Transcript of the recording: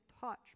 touch